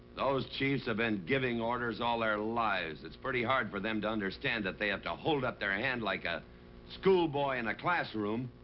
those chiefs have been giving orders all their lives. it's pretty hard for them to understand. that they have to hold up their hand like a schoolboy in a classroom.